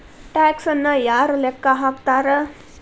ಟ್ಯಾಕ್ಸನ್ನ ಯಾರ್ ಲೆಕ್ಕಾ ಹಾಕ್ತಾರ?